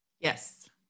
Yes